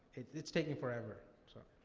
it's it's taking forever, so.